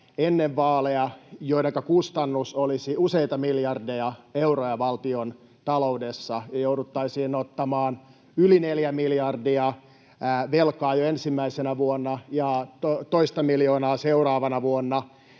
ennen vaaleja asioita, joiden kustannus olisi useita miljardeja euroja valtiontaloudessa ja jouduttaisiin ottamaan yli neljä miljardia velkaa jo ensimmäisenä vuonna ja toista miljoonaa seuraavana vuonna,